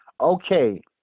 Okay